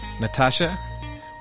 Natasha